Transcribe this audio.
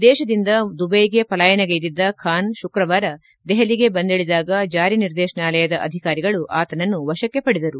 ದೇಶದಿಂದ ದುಬೈಗೆ ಪಲಾಯನಗೈದಿದ್ದ ಖಾನ್ ಶುಕ್ರವಾರ ದೆಹಲಿಗೆ ಬಂದಿಳಿದಾಗ ಜಾರಿ ನಿರ್ದೇಶನಾಯಲಯ ಅಧಿಕಾರಿಗಳು ಅತನನ್ನು ವಶಕ್ಕೆ ಪಡೆದರು